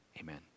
Amen